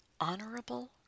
honorable